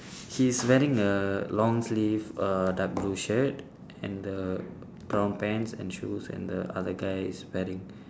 he is wearing a long sleeve a dark blue shirt and the brown pants and shoes and the other guy is wearing